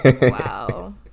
Wow